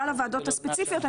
לא על הוועדות הספציפיות.